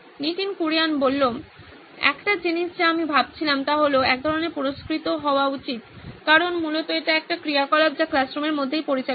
নীতিন কুরিয়ান একটা জিনিস যা আমি ভাবছিলাম তা হল এক ধরণের পুরস্কৃত হওয়া উচিত কারণ মূলত এটি একটি ক্রিয়াকলাপ যা ক্লাসরুমের মধ্যেই পরিচালিত হয়